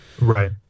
Right